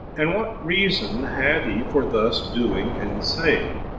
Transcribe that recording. and what reason had he for thus doing and saying,